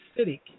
acidic